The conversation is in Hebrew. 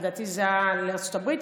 לדעתי זה היה לארצות הברית,